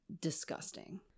disgusting